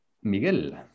Miguel